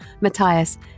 Matthias